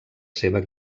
seva